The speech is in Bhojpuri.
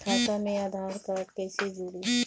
खाता मे आधार कार्ड कईसे जुड़ि?